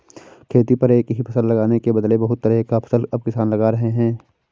खेती पर एक ही फसल लगाने के बदले बहुत तरह का फसल अब किसान लगा रहे हैं